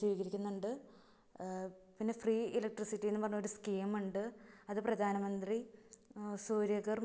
സീകരിക്കുന്നുണ്ട് പിന്നെ free electricity എന്ന് പറഞ്ഞൊരു സ്കീമുണ്ട് അത് പ്രധാനമന്ത്രി സൂര്യഘർ